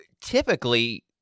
typically